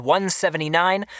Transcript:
179